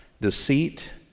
Deceit